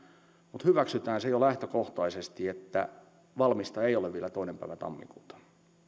mutta hyväksytään se jo lähtökohtaisesti että valmista ei ole vielä toinen päivä tammikuuta